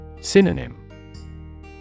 Synonym